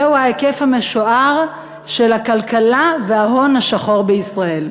זהו ההיקף המשוער של הכלכלה השחורה וההון השחור בישראל.